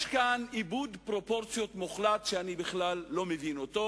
יש כאן איבוד פרופורציות מוחלט שאני לא מבין אותו,